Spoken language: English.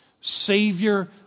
Savior